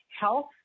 health